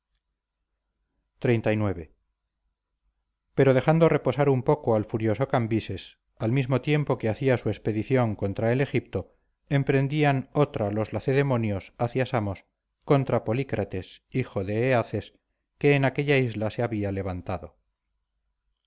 xxxix pero dejando reposar un poco al furioso cambises al mismo tiempo que hacía su expedición contra el egipto emprendían otra los lacedemonios hacia samos contra polícrates hijo de eaces que en aquella isla se había levantado